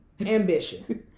ambition